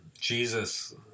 Jesus